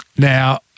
Now